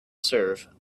serve